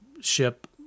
ship